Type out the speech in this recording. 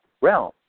realm